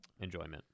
enjoyment